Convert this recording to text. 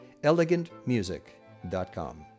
elegantmusic.com